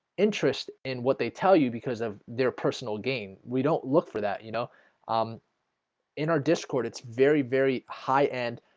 interest in what they tell you because of their personal gain. we don't look for that you know um in our discord. it's very very high-end.